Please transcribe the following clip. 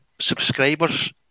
subscribers